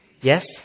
Yes